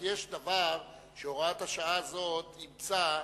יש דבר שהוראת השעה הזאת אימצה,